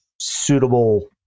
suitable